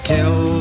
Till